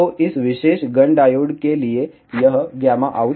तो इस विशेष गन डायोड के लिए यह outहै